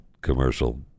commercial